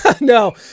No